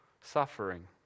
suffering